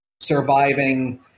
surviving